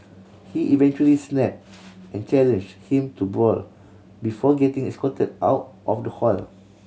he eventually snap and challenge him to a brawl before getting escorted out of the hall